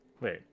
Wait